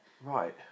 Right